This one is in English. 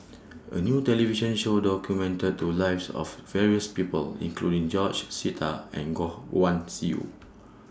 A New television Show documented to Lives of various People including George Sita and Goh Guan Siew